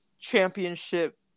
championship